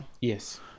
Yes